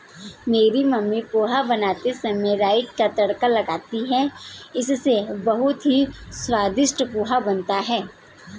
मेरी मम्मी पोहा बनाते समय राई का तड़का लगाती हैं इससे बहुत ही स्वादिष्ट पोहा बनता है